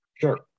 Sure